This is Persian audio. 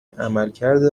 عملکرد